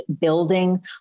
building